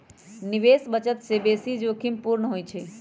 निवेश बचत से बेशी जोखिम पूर्ण होइ छइ